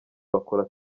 bakora